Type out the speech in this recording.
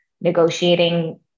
negotiating